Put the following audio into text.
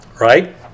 right